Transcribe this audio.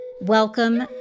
welcome